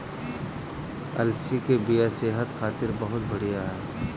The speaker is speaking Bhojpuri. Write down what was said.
अलसी के बिया सेहत खातिर बहुते बढ़िया ह